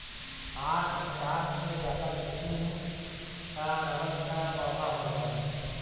आठ सौ पचास से ज्यादा किसिम कअ रबड़ कअ पौधा होला